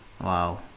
Wow